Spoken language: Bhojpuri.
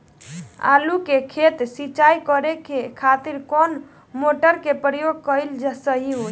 आलू के खेत सिंचाई करे के खातिर कौन मोटर के प्रयोग कएल सही होई?